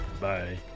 bye